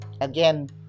again